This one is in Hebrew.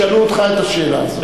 ישאלו אותך את השאלה הזאת.